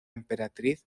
emperatriz